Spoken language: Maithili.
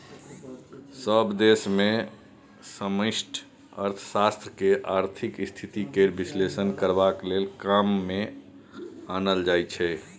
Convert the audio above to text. सभ देश मे समष्टि अर्थशास्त्र केँ आर्थिक स्थिति केर बिश्लेषण करबाक लेल काम मे आनल जाइ छै